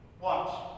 Watch